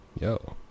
Yo